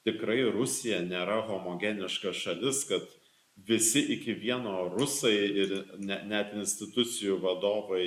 tikrai rusija nėra homogeniška šalis kad visi iki vieno rusai ir net net institucijų vadovai